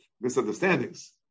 misunderstandings